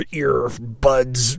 earbuds